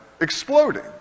exploding